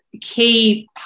key